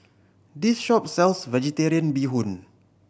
this shop sells Vegetarian Bee Hoon